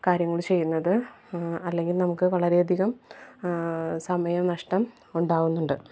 കാര്യങ്ങൾ ചെയ്യുന്നത് അല്ലെങ്കില് നമുക്ക് വളരെയധികം സമയനഷ്ടം ഉണ്ടാവുന്നുണ്ട്